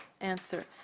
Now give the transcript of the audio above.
Answer